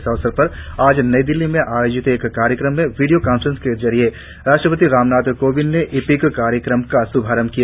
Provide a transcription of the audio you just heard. इस अवसर पर आज नई दिल्ली में आयोजित एक कार्यक्रम में वीडियों कांफ्रेंस के जरिए राष्ट्रपति रामनाथ कोविंद ने ई एपिक कार्यक्रम का श्भारंभ किया